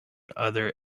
other